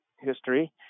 history